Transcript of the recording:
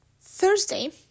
Thursday